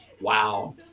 wow